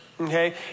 okay